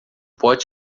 pote